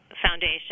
foundation